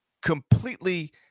completely